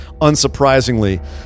unsurprisingly